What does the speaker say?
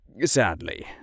Sadly